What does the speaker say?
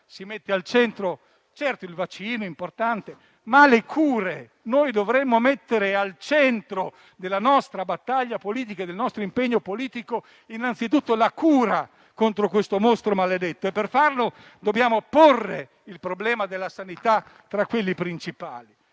- bisogna mettere al centro le cure. Noi dovremmo mettere al centro della nostra battaglia e del nostro impegno politico innanzitutto la cura contro questo mostro maledetto e, per farlo, dobbiamo porre il problema della sanità tra quelli principali.